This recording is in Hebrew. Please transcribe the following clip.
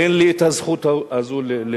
אין לי הזכות הזאת להשתתף.